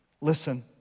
Listen